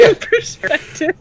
perspective